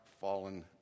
fallen